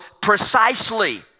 precisely